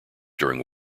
during